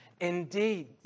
Indeed